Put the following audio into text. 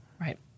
Right